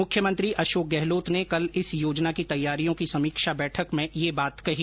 मुख्यमंत्री अशोक गहलोत ने कल इस योजना की तैयारियों की समीक्षा बैठक में ये बात कही